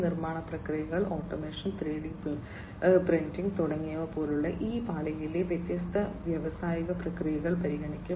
നിർമ്മാണ പ്രക്രിയകൾ automation 3D printing തുടങ്ങിയവ പോലെ ഈ പാളിയിലെ വ്യത്യസ്ത വ്യാവസായിക പ്രക്രിയകൾ പരിഗണിക്കും